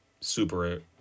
super